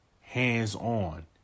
hands-on